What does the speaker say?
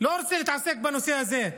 לא רוצה להתעסק בנושא הזה.